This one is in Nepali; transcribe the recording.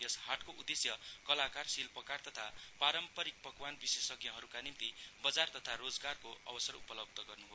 यस हाटको उद्देश्य कलाकार शिल्पकार तथा पारम्परिक पक्वान विशेषज्ञहरूका निम्ति बजार तथा रोजगारको अवसर उपलब्ध गर्नु हो